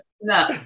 No